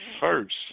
first